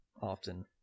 often